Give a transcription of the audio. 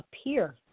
appear